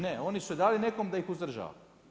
Ne, oni su dali nekome da ih održava.